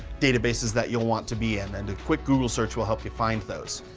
databases that you'll want to be in, and a quick google search will help you find those.